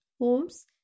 Holmes